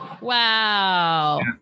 Wow